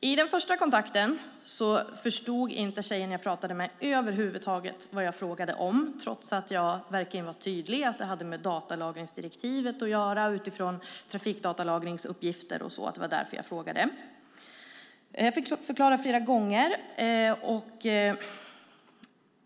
Vid den första kontakten förstod inte tjejen jag pratade med över huvud taget vad jag frågade om, trots att jag verkligen var tydlig med att det hade att göra med datalagringsdirektivet och trafikdatalagringsuppgifter och att det var därför jag frågade. Jag fick förklara flera gånger.